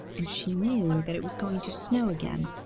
and she knew that it was going to snow again.